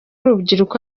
urubyiruko